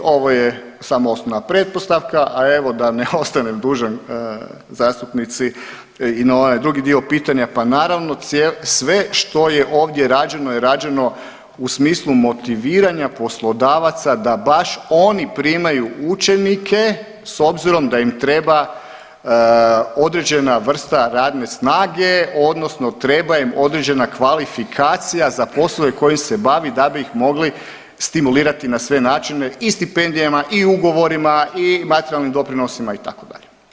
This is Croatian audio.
Ovo je samo osnovna pretpostavka, a evo, da ne ostanem dužan zastupnici i na ovaj drugi dio pitanja, pa naravno, sve što je ovdje rađeno je rađeno u smislu motiviranja poslodavaca da baš oni primaju učenike s obzirom da im treba određena vrsta radne snage odnosno treba im određena kvalifikacija za poslove kojim se bavi da bi ih mogli stimulirati na sve načine i stipendijama i ugovorima i materijalnim doprinosima, itd.